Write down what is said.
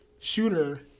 shooter